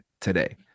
today